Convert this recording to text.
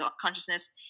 consciousness